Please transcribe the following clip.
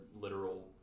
literal